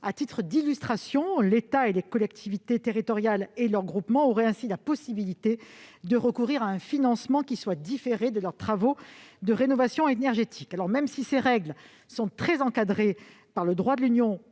bâtiments publics. L'État et les collectivités territoriales et leurs groupements auraient ainsi la possibilité de recourir à un financement différé de leurs travaux de rénovation énergétique. Certes, de telles règles sont très encadrées par le droit de l'Union